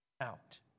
out